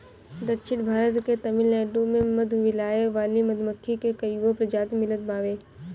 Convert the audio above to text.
दक्षिण भारत के तमिलनाडु में मधु लियावे वाली मधुमक्खी के कईगो प्रजाति मिलत बावे